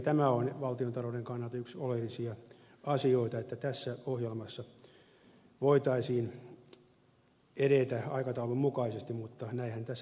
tämä on valtiontalouden kannalta yksi oleellisia asioita että tässä ohjelmassa voitaisiin edetä aikataulun mukaisesti mutta näinhän tässä nyt ei käy